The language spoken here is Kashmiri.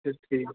اَدٕ حظ ٹھیٖک